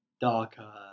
darker